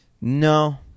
No